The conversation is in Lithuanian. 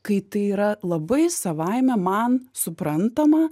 kai tai yra labai savaime man suprantama